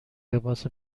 لباس